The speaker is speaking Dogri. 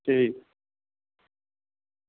ठीक